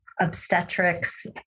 obstetrics